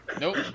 nope